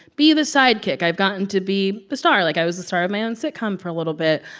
be the sidekick. i've gotten to be the star. like, i was the star of my own sitcom for a little bit.